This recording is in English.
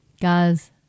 guys